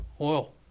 Oil